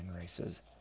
races